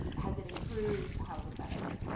has it improved? how is it better?